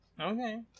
Okay